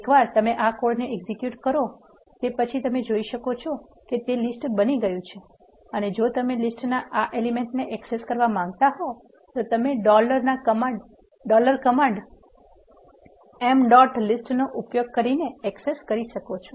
એકવાર તમે આ કોડને એક્ઝીક્યુટ કરો તે પછી તમે જોઈ શકો છો કે તે લીસ્ટ બની ગયું છે અને જો તમે લીસ્ટના આ એલિમેન્ટને એક્સેસ કરવા માંગતા હો તો તમે dollar command M dot list નો ઉપયોગ કરીને એક્સેસ કરી છો